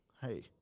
hey